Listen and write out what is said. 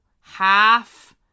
half